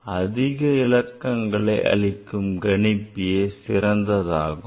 எனவே அதிக இலக்கங்களை அளிக்கும் கணிப்பியே சிறந்ததாகும்